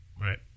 Right